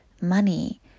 money